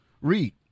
Read